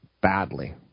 badly